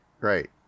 right